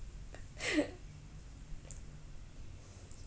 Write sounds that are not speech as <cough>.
<laughs>